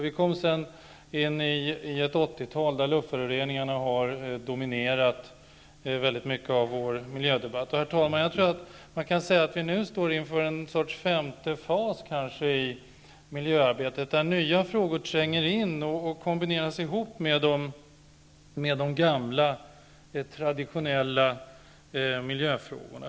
Vi kom sedan in i ett 80-tal, där luftföroreningarna i hög grad dominerat vår miljödebatt. Herr talman! Jag tror att man kan säga att vi nu står inför en sorts femte fas i miljöarbetet, där nya frågor tränger in och kombineras ihop med de gamla, traditionella miljöfrågorna.